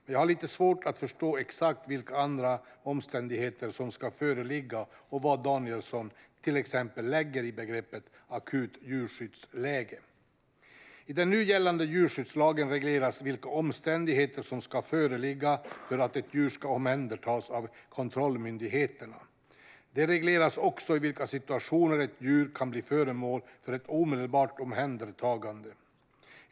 Men jag har lite svårt att förstå exakt vilka andra omständigheter som ska föreligga och vad Danielsson till exempel lägger i begreppet "akut djurskyddsläge". I den nu gällande djurskyddslagen regleras vilka omständigheter som ska föreligga för att ett djur ska omhändertas av kontrollmyndigheterna. Det regleras också i vilka situationer ett djur kan bli föremål för ett omedelbart omhändertagande.